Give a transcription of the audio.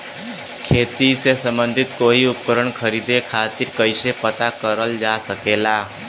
खेती से सम्बन्धित कोई उपकरण खरीदे खातीर कइसे पता करल जा सकेला?